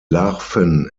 larven